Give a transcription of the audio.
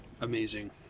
amazing